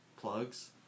plugs